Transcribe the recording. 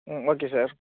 ம் okay sir